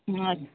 ಹಾಂ ರೀ